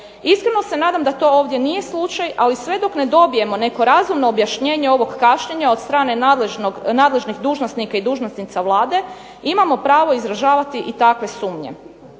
Iskreno se nadam da to ovdje nije slučaj, ali sve dok ne dobijemo neko razumno objašnjenje ovog kašnjenja od strane nadležnih dužnosnika i dužnosnica Vlade imamo pravo izražavati i takve sumnje.